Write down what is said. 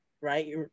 right